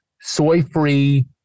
soy-free